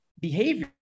behavior